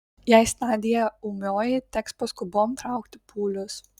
jei stadija ūmioji teks paskubom traukti pūlius